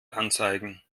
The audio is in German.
anzeigen